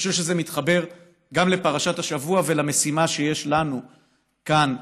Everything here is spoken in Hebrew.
אני חושב שזה מתחבר גם לפרשת השבוע ולמשימה שיש לנו כאן,